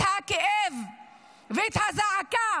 את הכאב ואת הזעקה